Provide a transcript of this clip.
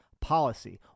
policy